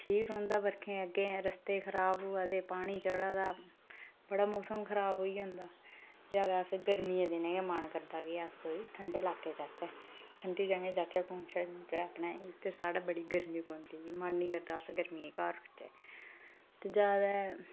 ठीक रौंहदा बर्खें अग्गें रस्ते खराब होआ दे पानी चढ़ा दा बड़ा मौसम खराब होई जंदा ज्यादा असें गर्मियें दे दिनें के मन करदा कि अस कुतै ठंडे ल्हाके जाह्चै ठंडी जगह जाहचै घुम्मचै शुम्मचै अपने ते साढ़ै बड़ी गर्मी पौंदी मन नेई करदा अस गर्मियें च घर रौहचै ते ज्यादा